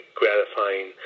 gratifying